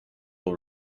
will